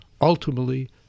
Ultimately